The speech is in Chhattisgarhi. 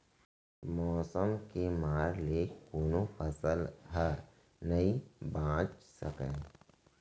मउसम के मार ले कोनो फसल ह नइ बाच सकय